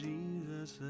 Jesus